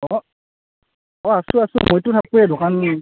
অঁ অঁ অঁ আছোঁ আছোঁ মইতো থাকোয়েই দোকান